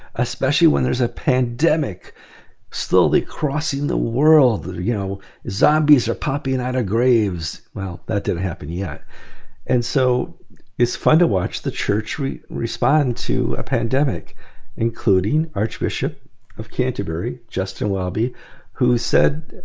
especially when there's a pandemic slowly crossing the world. you know zombies are popping out of graves. well didn't happen yet and so it's fun to watch the church respond to a pandemic including archbishop of canterbury justin welby who said,